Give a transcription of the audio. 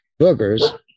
boogers